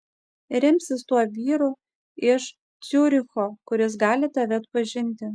remsis tuo vyru iš ciuricho kuris gali tave atpažinti